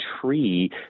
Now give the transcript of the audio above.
tree